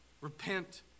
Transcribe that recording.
Repent